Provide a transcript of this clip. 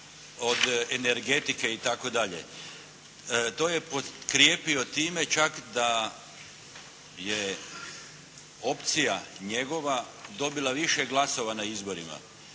od energetike i tako dalje. To je potkrijepio time čak da je opcija njegova dobila više glasova na izborima